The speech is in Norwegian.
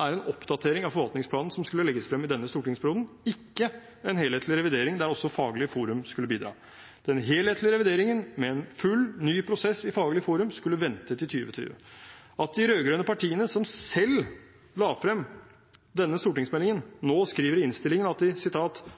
var en oppdatering av forvaltningsplanen som skulle legges frem i denne stortingsperioden, ikke en helhetlig revidering der også Faglig forum skulle bidra. Den helhetlige revideringen med en full ny prosess i Faglig forum skulle vente til 2020. At de rød-grønne partiene, som selv la frem denne stortingsmeldingen, nå skriver i innstillingen at de